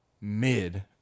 mid